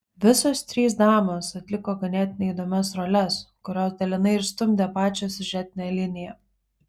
visos trys damos atliko ganėtinai įdomias roles kurios dalinai ir stumdė pačią siužetinę liniją